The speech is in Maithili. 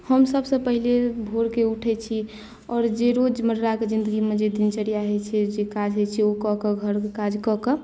हम सभसँ पहिने भोरके उठैत छी आओर जे रोजमर्राके जिन्दगीमे जे दिनचर्या होइत छै जे काज होइत छै ओ कए कऽ घरके काज कए कऽ